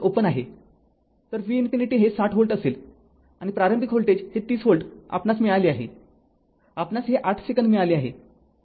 तर V ∞ हे ६० volt असेल आणि प्रारंभिक व्होल्टेज हे ३० व्होल्ट आपणास मिळाले आहे आपणास हे ८ सेकंद मिळाले आहे